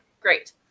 Great